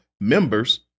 members